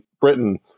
Britain